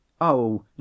Oh